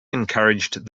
encouraged